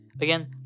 Again